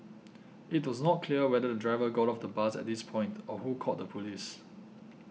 it was not clear whether the driver got off the bus at this point or who called the police